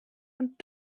und